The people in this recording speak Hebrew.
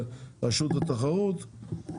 רשות התחרות.